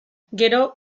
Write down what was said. gero